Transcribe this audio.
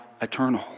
eternal